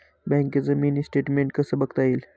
बँकेचं mini statement कसं बघता येईल?